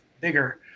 bigger